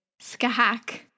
Skahak